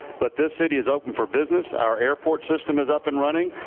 but this city is open for business. our airport system is up and running.